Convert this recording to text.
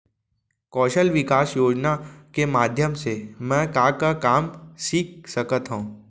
कौशल विकास योजना के माधयम से मैं का का काम सीख सकत हव?